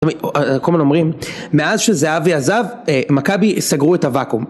קומן אומרים מאז שזהב יעזב מקאבי סגרו את הוואקום